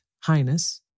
highness